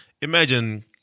imagine